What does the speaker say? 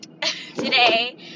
today